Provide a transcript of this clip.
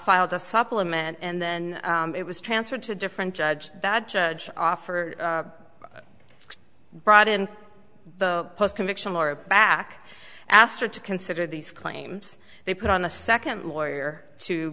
filed a supplement and then it was transferred to a different judge that judge off or brought in the post conviction or back asked her to consider these claims they put on a second lawyer to